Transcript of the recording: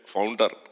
Founder